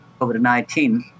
COVID-19